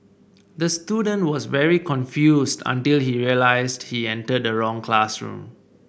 the student was very confused until he realised he entered the wrong classroom